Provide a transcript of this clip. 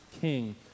king